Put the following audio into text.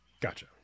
Gotcha